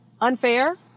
Unfair